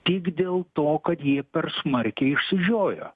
tik dėl to kad jie per smarkiai išsižiojo